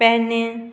पेने